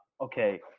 okay